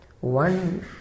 one